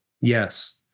Yes